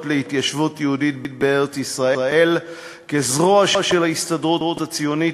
להתיישבות יהודית בארץ-ישראל כזרוע של ההסתדרות הציונית.